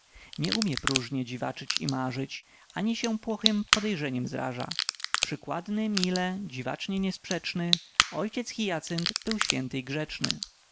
nie umie próżnie dziwaczyć i marzyć ani się płochem podejrzeniem zraża przykładny mile dziwacznie niesprzeczny ojciec hyacynt był święty i grzeczny